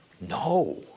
No